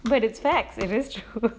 but it's facts